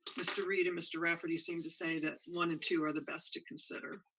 mr. reid and mr. rafferty seem to say, that one and two are the best to consider.